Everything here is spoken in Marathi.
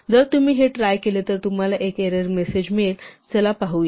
जर तुम्ही हे ट्राय केले तर तुम्हाला एक एरर मेसेज मिळेल चला पाहूया